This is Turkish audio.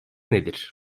nedir